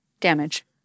damage